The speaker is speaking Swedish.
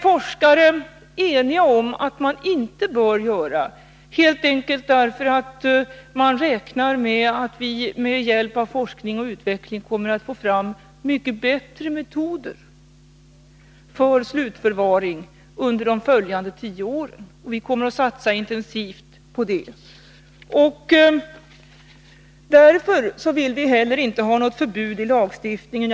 Forskare är eniga om att vi inte bör göra det, helt enkelt därför att man räknar med att vi med hjälp av forskning och utveckling kommer att få fram mycket bättre metoder för slutförvaring under de följande tio åren. Och vi kommer att satsa intensivt på det. Därför vill vi inte heller ha ett förbud i lagstiftningen.